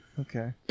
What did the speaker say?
Okay